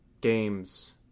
games